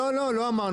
לא, לא אמרנו.